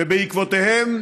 שבעקבותיהם